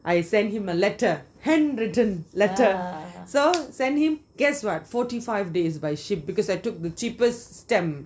I sent him a letter handwritten letter so send him guess what forty five days by ship because I took the cheapest stamp